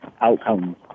Outcomes